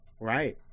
right